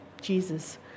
Jesus